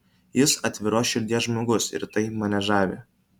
jis atviros širdies žmogus ir tai mane žavi